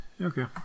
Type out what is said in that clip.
Okay